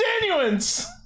continuance